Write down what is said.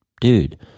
dude